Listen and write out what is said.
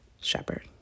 Shepherd